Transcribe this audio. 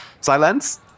Silence